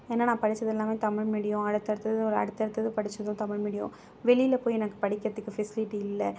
ஏன்னால் நான் படித்தது எல்லாமே தமிழ் மீடியம் அடுத்தடுத்தது ஒரு அடுத்தடுத்து படித்ததும் தமிழ் மீடியம் வெளியில் போய் எனக்கு படிக்கிறதுக்கு ஃபெசிலிட்டி இல்லை